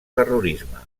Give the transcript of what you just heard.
terrorisme